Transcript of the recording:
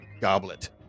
goblet